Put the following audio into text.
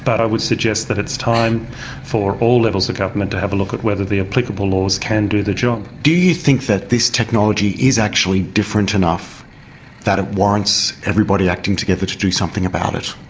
i would suggest that it's time for all levels of government to have a look at whether the applicable laws can do the job. do you think that this technology is actually different enough that it warrants everybody acting together to do something about it?